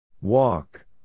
Walk